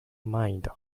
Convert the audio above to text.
mind